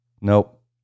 Nope